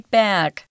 back